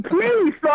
Please